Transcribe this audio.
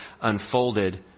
unfolded